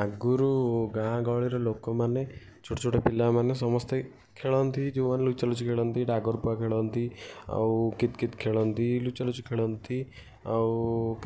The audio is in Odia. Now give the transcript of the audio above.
ଆଗୁରୁ ଗାଁ ଗହଳିର ଲୋକମାନେ ଛୋଟ ଛୋଟ ପିଲାମାନେ ସମସ୍ତେ ଖେଳନ୍ତି ଯେଉଁମାନେ ଲୁଚାଲୁଚି ଖେଳନ୍ତି ଖେଳନ୍ତି ଆଉ କିତ୍କିତ୍ ଖେଳନ୍ତି ଲୁଚାଲୁଚି ଖେଳନ୍ତି ଆଉ